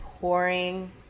pouring